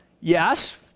Yes